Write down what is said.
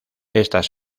estas